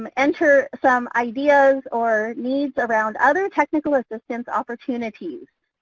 um enter some ideas or needs around other technical assistance opportunities.